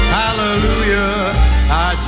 hallelujah